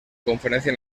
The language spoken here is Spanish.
conferencia